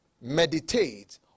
Meditate